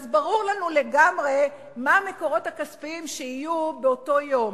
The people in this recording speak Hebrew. אז ברור לנו לגמרי מה המקורות הכספיים שיהיו באותו יום.